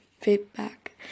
feedback